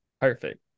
perfect